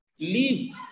leave